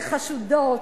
כחשודות,